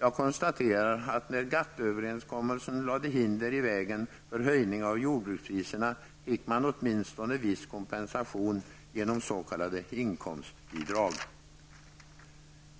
Jag konstaterar att när GATT-överenskommelsen lade hinder i vägen för höjning av jordbrukspriserna fick man åtminstone viss kompensation genom s.k. inkomstbidrag.